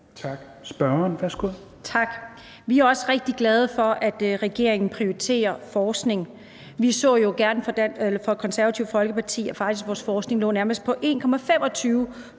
Ammitzbøll (KF): Tak. Vi er også rigtig glade for, at regeringen prioriterer forskning. Vi så jo gerne fra Det Konservative Folkepartis side, at vores forskning faktisk nærmest lå på 1,25